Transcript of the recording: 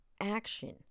action